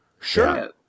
Sure